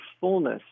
fullness